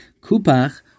Kupach